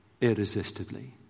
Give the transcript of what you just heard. irresistibly